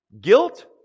guilt